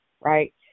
right